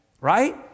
right